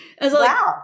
Wow